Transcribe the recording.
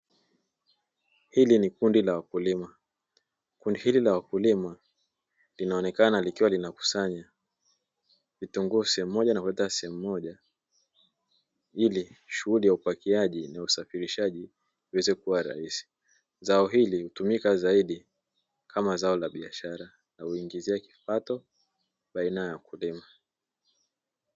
Hili ni kundi la wakulima, kundi hili la wakulima linaonekana likiwa linakusanya vitunguu sehemu moja na kuleta sehemu moja ili shughuli ya upakiaji ni usafirishaji viweze kuwa rahisi zao hili hutumika zaidi kama zao la biashara na uingizia kipato baina ya mkulima.